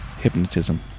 Hypnotism